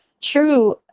true